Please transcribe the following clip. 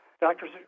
Doctors